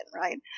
right